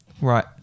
Right